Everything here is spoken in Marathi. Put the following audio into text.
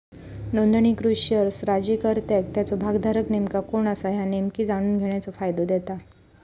नोंदणीकृत शेअर्स जारीकर्त्याक त्याचो भागधारक नेमका कोण असा ह्या नेहमी जाणून घेण्याचो फायदा देता